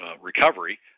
recovery